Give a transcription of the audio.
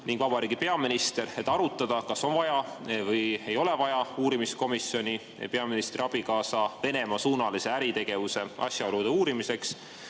ning vabariigi peaminister, et arutada, kas on vaja või ei ole vaja uurimiskomisjoni peaministri abikaasa Venemaa‑suunalise äritegevuse asjaolude uurimiseks.